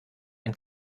ein